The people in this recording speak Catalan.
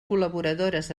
col·laboradores